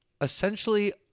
essentially